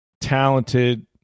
talented